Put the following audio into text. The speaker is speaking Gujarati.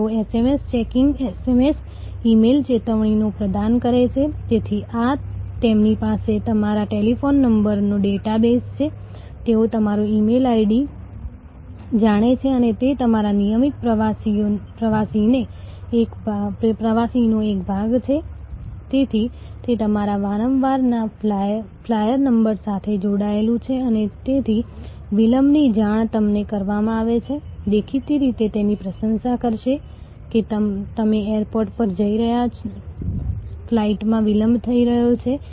તેથી તે તમને ગ્રાહકોને વ્યક્તિ તરીકે સમજવા અથવા ગ્રાહકને ચોક્કસ વર્ગ તરીકે સમજવા અથવા વર્તણૂકીય પેટર્ન દ્વારા લગભગ મહત્વપૂર્ણ વસ્તી વિષયક સાયકો ગ્રાફિક્સ અને વર્તનની દ્રષ્ટિએ વધુ સ્પષ્ટ રીતે ખંડને વ્યાખ્યાયિત કરવાની મંજૂરી આપે છે